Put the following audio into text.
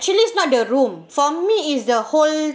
actually is not the room for me is the whole